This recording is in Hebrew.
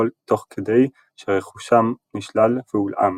תוך כדי שרכושם נשלל והולאם.